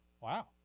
Wow